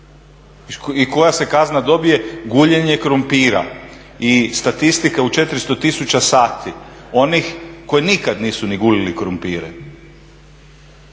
i koja se kazna dobije guljenje krumpira i statistika u 400 000 sati onih koji nikad nisu ni gulili krumpire.